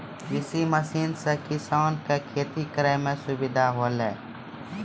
कृषि मसीन सें किसान क खेती करै में सुविधा होलय